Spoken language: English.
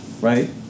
right